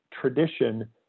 tradition